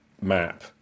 map